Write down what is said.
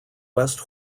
west